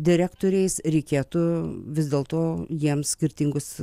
direktoriais reikėtų vis dėl to jiems skirtingus